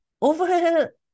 over